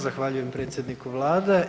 Zahvaljujem predsjedniku Vlade.